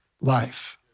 life